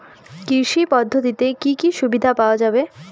কৃষি পদ্ধতিতে কি কি সুবিধা পাওয়া যাবে?